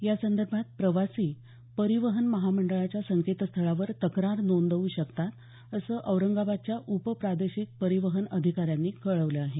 यासंदर्भात प्रवासी परिवहन महामंडळाच्या संकेतस्थळावर तक्रार नोंदवू शकतात असं औरंगाबादच्या उपप्रादेशिक परिवहन अधिकाऱ्यांनी कळवलं आहे